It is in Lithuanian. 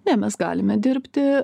ne mes galime dirbti